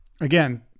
Again